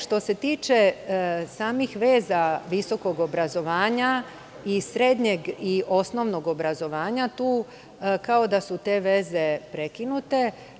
Što se tiče samih veza visokog obrazovanja i srednjeg i osnovnog obrazovanja, tu kao da su te veze prekinute.